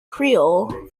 creole